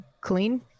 clean